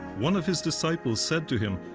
one of his disciples said to him,